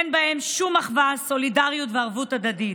אין בהם שום אחווה, סולידריות וערבות הדדית.